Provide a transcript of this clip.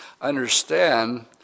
understand